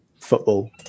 football